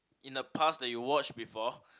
in the past that you watch before